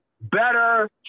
better